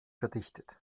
verdichtet